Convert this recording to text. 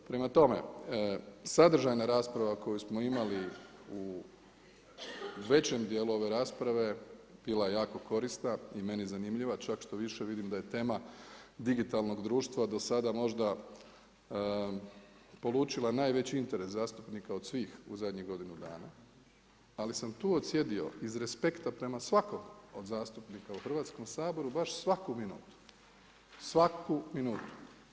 Prema tome, sadržajna rasprava koju smo imali u većem dijelu ove rasprave bila je jako korisna i meni zanimljiva, čak štoviše vidim da je tema digitalnog društva do sada možda polučila najveći interes zastupnika od svih u zadnjih godinu dana, ali sam tu odsjedio iz respekta prema svakom od zastupnika u Hrvatskom saboru, baš svaku minutu, svaku minutu.